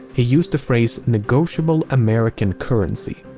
he used the phrase negotiable american currency.